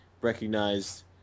recognized